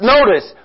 Notice